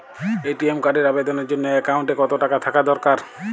ATM কার্ডের আবেদনের জন্য অ্যাকাউন্টে কতো টাকা থাকা দরকার?